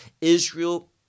israel